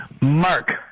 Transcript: Mark